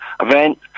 event